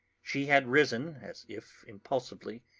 she had risen, as if impulsively,